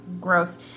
gross